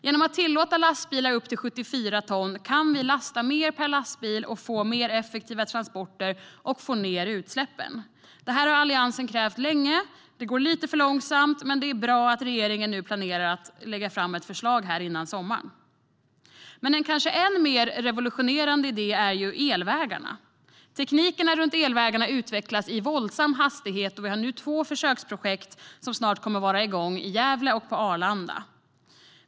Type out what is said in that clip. Genom att tillåta lastbilar på upp till 74 ton kan vi lasta mer per lastbil och få mer effektiva transporter och därmed få ned utsläppen. Detta har Alliansen krävt länge. Det går lite för långsamt, men det är bra att regeringen nu planerar att lägga fram ett förslag före sommaren. En kanske än mer revolutionerande idé är elvägarna. Teknikerna runt elvägar utvecklas i våldsam hastighet, och vi har två försöksprojekt som snart kommer att vara igång, i Gävle och på Arlanda.